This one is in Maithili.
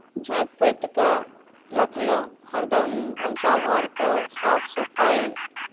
झाँपि पोति कऽ रखलहुँ हरदम भनसा घरके साफ सफाइ